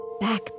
back